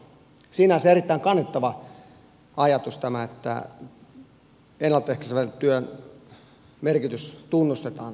sinänsä erittäin kannatettava ajatus tämä että ennalta ehkäisevän työn merkitys tunnustetaan tässä hallituksessa